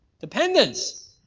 Dependence